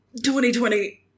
2020